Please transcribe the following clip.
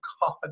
God